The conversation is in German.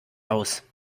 aus